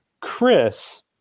Chris